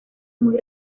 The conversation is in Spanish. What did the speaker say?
muy